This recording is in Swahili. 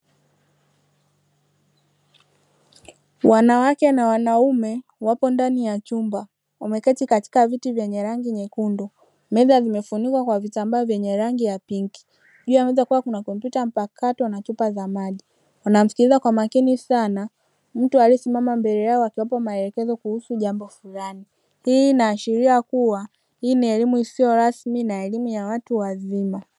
Wanawake na wanaume wapo ndani ya chumba, wameketi katika viti vyenye rangi nyekundu, meza zimefunikwa kwa vitambaa vyenye rangi ya pinki. Juu ya meza kukiwa kuna kompyuta mpakato na chupa za maji, wanamsikiliza kwa makini sana mtu aliyesimama mbele yao akiwapa maelekezo kuhusu jambo fulani. Hii inaashiria kuwa hii ni elimu isiyo rasmi na elimu ya watu wazima.